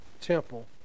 temple